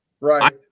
Right